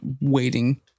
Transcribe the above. waiting